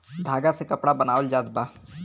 धागा से कपड़ा बनावल जात बा